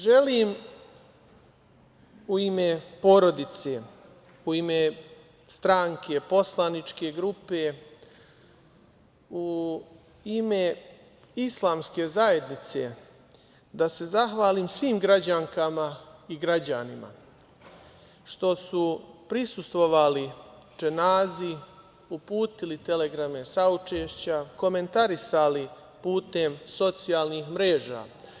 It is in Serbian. Želim u ime porodice, u ime stranke poslaničke grupe, u ime islamske zajednice da se zahvalim svim građankama i građanima što su prisustvovali dženazi, uputili telegrame saučešća, komentarisali putem socijalnih mreža.